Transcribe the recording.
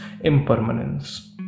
impermanence